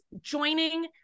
joining